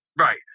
Right